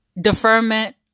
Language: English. deferment